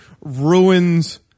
ruins